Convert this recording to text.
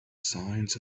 signs